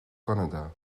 canada